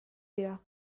dira